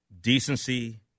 Decency